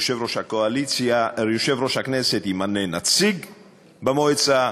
יושב-ראש הכנסת ימנה נציג במועצה,